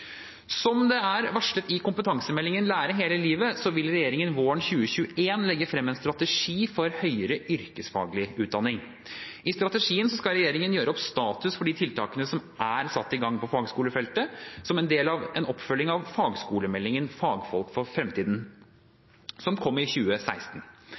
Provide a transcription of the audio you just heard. Som det er varslet i kompetansemeldingen Lære hele livet, vil regjeringen våren 2021 legge frem en strategi for høyere yrkesfaglig utdanning. I strategien skal regjeringen gjøre opp status for de tiltakene som er satt i gang på fagskolefeltet som del av en oppfølging av fagskolemeldingen Fagfolk for